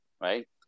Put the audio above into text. Right